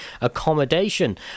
accommodation